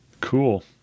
Cool